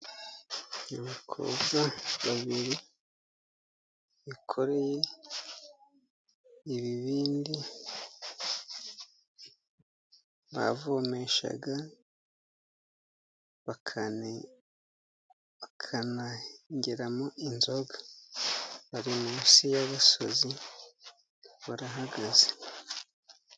Abakobwa babiri bikoreye ibibindi bavomesha, bakanengeramo inzoga. Bari munsi y'agasozi , barahagaze.